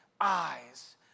eyes